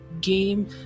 game